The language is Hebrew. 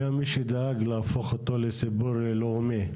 היה מי שדאג להפוך אותו לסיפור לאומי.